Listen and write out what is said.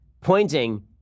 Pointing